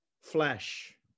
flesh